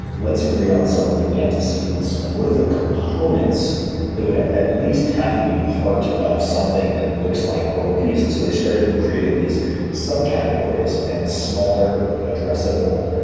let's agree on some of the antecedents, like what are the components that at least have to be part of something that looks like world peace. and so they started creating these sub categories, and smaller addressable